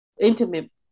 intimate